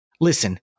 listen